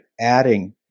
adding